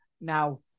now